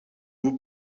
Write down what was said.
vous